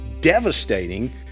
devastating